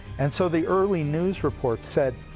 and so the early news reports said,